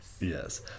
Yes